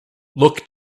look